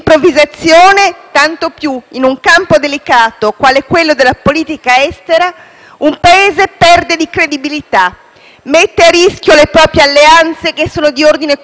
perde di credibilità, mette a rischio le proprie alleanze, che sono di ordine culturale prima ancora che politico, e pregiudica il suo ruolo internazionale. Purtroppo